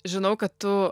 žinau kad tu